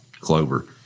clover